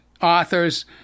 Authors